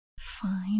Fine